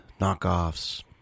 knockoffs